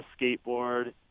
skateboard